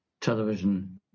television